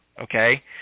okay